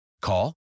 Call